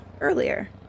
earlier